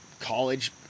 college